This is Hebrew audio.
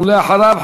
ואחריו,